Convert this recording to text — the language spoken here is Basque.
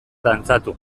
dantzatu